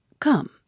Come